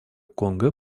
конго